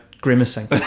grimacing